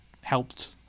helped